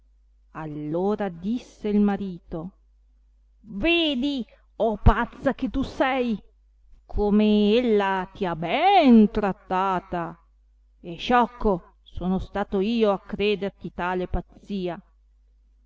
allora disse il marito vedi o pazza che tu sei come ella ti ha ben trattata e sciocco sono stato io a crederti tale pazzia